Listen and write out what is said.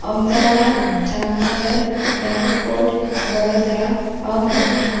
Ahmedabad Jamnagar Rajkot Vadodara Bhavnagar